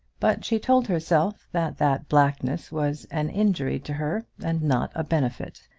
but she told herself that that blackness was an injury to her, and not a benefit,